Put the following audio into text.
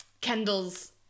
Kendall's